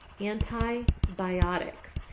antibiotics